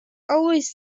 always